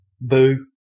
Boo